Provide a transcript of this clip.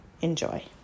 Enjoy